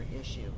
issue